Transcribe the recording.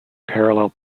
parallel